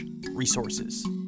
resources